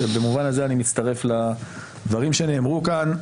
ובמובן הזה אני מצטרף לדברים שנאמרו כאן.